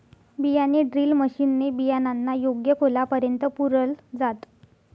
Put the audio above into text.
बियाणे drill machine ने बियाणांना योग्य खोलापर्यंत पुरल जात